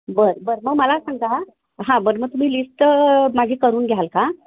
बर बर मग मला सांगा हां बरं मग तुम्ही लिस्ट माझी करून घ्याल का